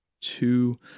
two